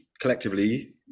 collectively